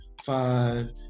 five